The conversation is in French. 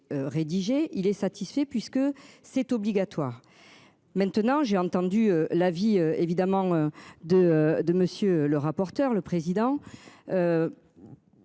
rédigé, il est satisfait puisque c'est obligatoire. Maintenant j'ai entendu la vie évidemment de de monsieur le rapporteur. Le président.